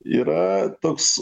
yra toks